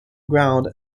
ground